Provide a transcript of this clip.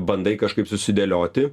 bandai kažkaip susidėlioti